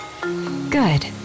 Good